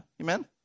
Amen